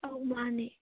ꯑꯥꯎ ꯃꯥꯟꯅꯦ